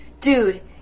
Dude